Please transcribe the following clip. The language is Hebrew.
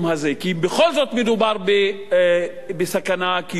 כי בכל זאת מדובר בסכנה קיומית.